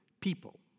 People